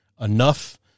enough